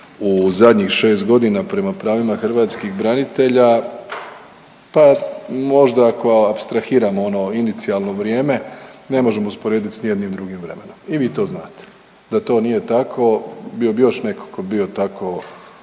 u zadnjih 6.g. prema pravima hrvatskih branitelja, pa možda ako apstrahiramo ono inicijalno vrijeme ne možemo usporedit s nijednim drugim vremenom i vi to znate, da to nije tako bio bi još neko ko bi bio tako